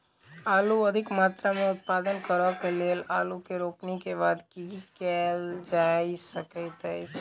आलु अधिक मात्रा मे उत्पादन करऽ केँ लेल आलु केँ रोपनी केँ बाद की केँ कैल जाय सकैत अछि?